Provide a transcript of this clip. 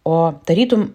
o tarytum